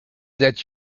that